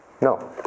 No